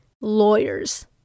lawyers